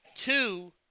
two